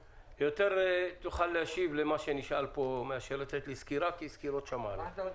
תוכל להשיב למה שנשאל פה מאשר לתת לי סקירה כי סקירות שמענו.